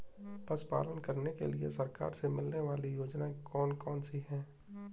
पशु पालन करने के लिए सरकार से मिलने वाली योजनाएँ कौन कौन सी हैं?